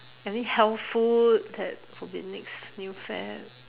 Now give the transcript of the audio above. any health food that could be next new fad